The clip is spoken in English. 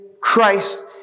Christ